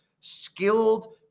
skilled